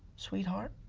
sweetheart?